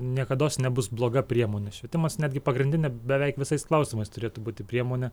niekados nebus bloga priemonė švietimas netgi pagrindinė beveik visais klausimais turėtų būti priemonė